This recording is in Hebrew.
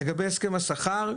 לגבי הסכם השכר,